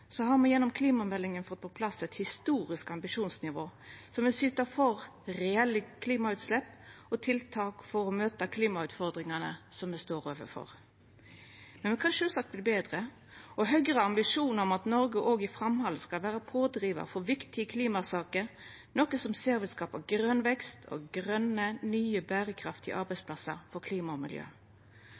har me gjennom klimameldinga fått på plass eit historisk ambisjonsnivå som vil syta for reelle tiltak når det gjeld klimagassutslepp, og tiltak for å møta klimautfordringane som me står overfor. Men me kan sjølvsagt verta betre. Høgre har ambisjonar om at Noreg også i framhaldet skal vera pådrivar for viktige klimasaker, noko me ser vil skapa grøn vekst og grøne, nye berekraftige arbeidsplassar for klima og miljø.